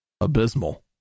abysmal